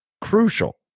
Crucial